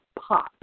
pop